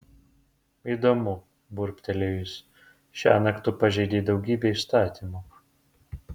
įdomu burbtelėjo jis šiąnakt tu pažeidei daugybę įstatymų